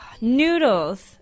Noodles